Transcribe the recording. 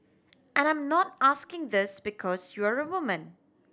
and I'm not asking this because you're a woman